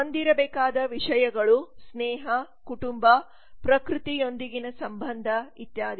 ಹೊಂದಿರಬೇಕಾದ ವಿಷಯಗಳು ಸ್ನೇಹ ಕುಟುಂಬ ಪ್ರಕೃತಿಯೊಂದಿಗಿನ ಸಂಬಂಧ ಇತ್ಯಾದಿ